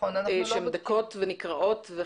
שהן דקות ונקרעות.